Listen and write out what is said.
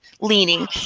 leaning